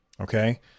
Okay